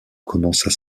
commencent